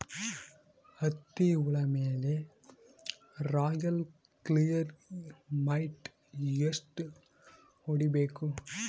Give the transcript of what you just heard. ಹತ್ತಿ ಹುಳ ಮೇಲೆ ರಾಯಲ್ ಕ್ಲಿಯರ್ ಮೈಟ್ ಎಷ್ಟ ಹೊಡಿಬೇಕು?